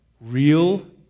Real